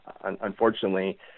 unfortunately